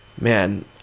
man